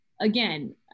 again